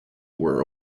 were